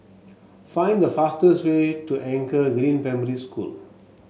find the fastest way to Anchor Green Primary School